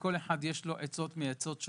ולכל אחד יש עצות שונות,